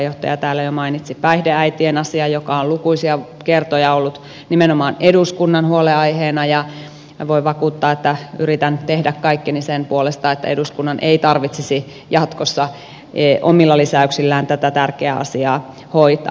puheenjohtaja täällä jo mainitsi päihdeäitien asian joka on lukuisia kertoja ollut nimenomaan eduskunnan huolenaiheena ja voin vakuuttaa että yritän tehdä kaikkeni sen puolesta että eduskunnan ei tarvitsisi jatkossa omilla lisäyksillään tätä tärkeää asiaa hoitaa